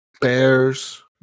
bears